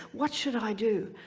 what should i do?